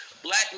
black